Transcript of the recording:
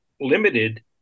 limited